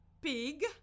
pig